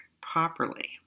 properly